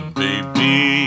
baby